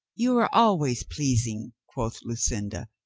you are always pleasing, quoth lucinda,